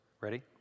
Ready